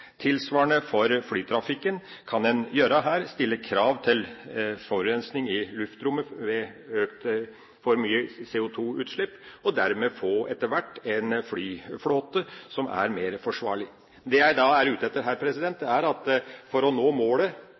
kan en gjøre overfor flytrafikken, stille krav til forurensning i luftrommet ved for mye CO2-utslipp, og dermed etter hvert få en flyflåte som er mer forsvarlig. Det jeg da er ute etter her, er at vi for å nå målet